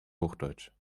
hochdeutsch